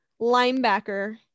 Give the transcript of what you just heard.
linebacker